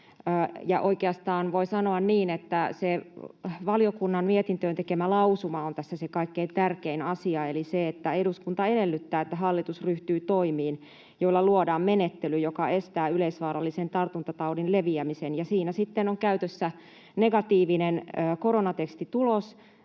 oikeastaan voi sanoa niin, että se valiokunnan mietintöön tekemä lausuma on tässä se kaikkein tärkein asia eli se, että eduskunta edellyttää, että hallitus ryhtyy toimiin, joilla luodaan menettely, joka estää yleisvaarallisen tartuntataudin leviämisen. Ja siinä sitten on käytössä negatiivinen koronatestitodistus